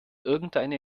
irgendeine